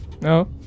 No